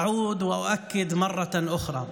(אומר דברים בשפה הערבית,